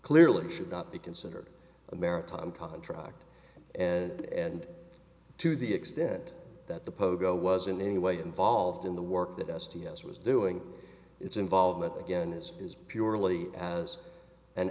clearly should not be considered a maritime contract and to the extent that the pogo was in any way involved in the work that s t s was doing its involvement again this is purely as an